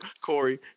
Corey